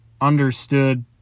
understood